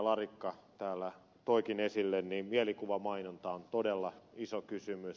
larikka täällä toikin esille niin mielikuvamainonta on todella iso kysymys